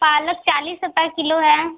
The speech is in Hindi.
पालक चालीस रुपये किलो है